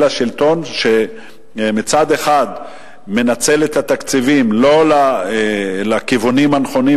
אלא שלטון שמנצל את התקציבים לא לכיוונים הנכונים,